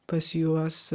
pas juos